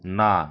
না